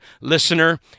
Listener